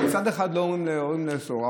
שמצד אחד לא אומרים להורים לאסור.